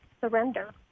surrender